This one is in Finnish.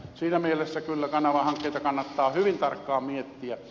siinä mielessä kyllä kanavahankkeita kannattaa hyvin tarkkaan miettiä